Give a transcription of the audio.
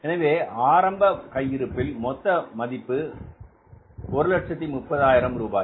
எனவே ஆரம்ப கையிருப்பில் மொத்த மதிப்பு 130000ரூபாய்